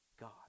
God